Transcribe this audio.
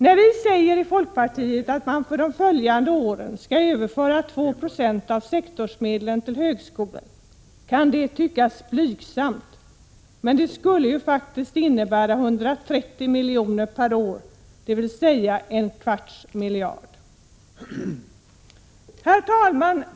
När vi i folkpartiet säger att man under de följande åren skall överföra 2 90 av sektorsmedlen till högskolan kan det tyckas blygsamt, men det skulle faktiskt innebära 130 milj.kr. per år, dvs. en kvarts miljard. Herr talman!